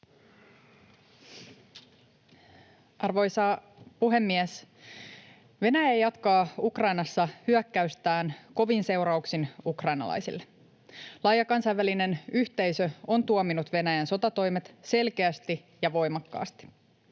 Arvoisa puhemies! Venäjä jatkaa Ukrainassa hyökkäystään kovin seurauksin ukrainalaisille. Laaja kansainvälinen yhteisö on tuominnut Venäjän sotatoimet selkeästi ja voimakkaasti.